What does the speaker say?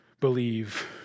believe